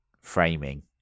framing